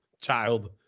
child